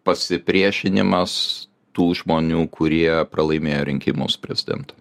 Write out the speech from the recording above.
pasipriešinimas tų žmonių kurie pralaimėjo rinkimus prezidentu